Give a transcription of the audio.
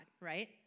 right